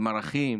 עם ערכים,